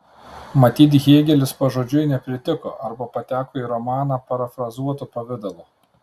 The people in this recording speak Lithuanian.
matyt hėgelis pažodžiui nepritiko arba pateko į romaną parafrazuotu pavidalu